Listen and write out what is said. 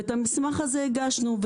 ואת המסמך הזה הגשנו.